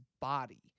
body